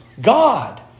God